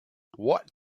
what